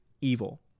evil